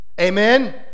Amen